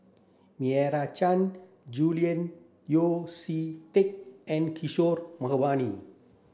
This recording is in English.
Meira Chand Julian Yeo See Teck and Kishore Mahbubani